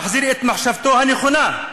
מחזיר את מחשבתו הנכונה,